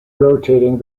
rotating